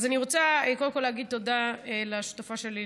אז אני רוצה קודם כול להגיד תודה לשותפה שלי,